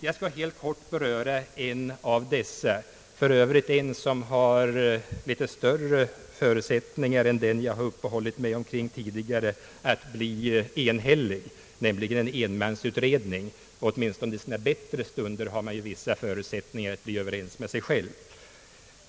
Jag skall helt kort beröra en av dessa utredningar, för övrigt en utredning som har litet större förutsättningar att bli enhällig än den jag tidigare har uppehållit mig vid, nämligen en enmansutredning — åtminstone i sina bättre stunder har man ju vissa förutsättningar att bli överens med sig själv.